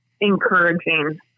encouraging